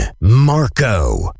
Marco